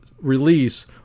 release